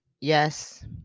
Yes